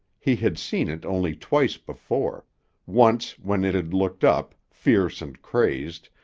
he had seen it only twice before once when it had looked up, fierce and crazed,